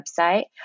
website